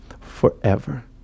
forever